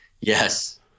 Yes